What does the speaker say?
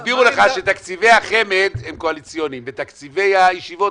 שקיוויתי שהעיכוב מ-09:30